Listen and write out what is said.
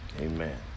Amen